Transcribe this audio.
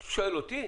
אם אתה שואל אותי,